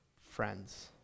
friends